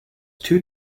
two